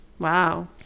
Wow